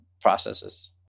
processes